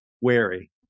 wary